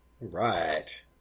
Right